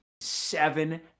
seven